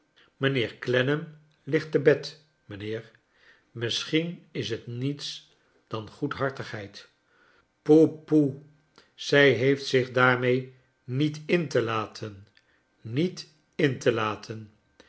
clennam ligt te bed mijnheer missohien is t niets dan goedhartigheid poe poe zij heeft zich daarmee niet in te laten niet in te latere